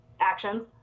actions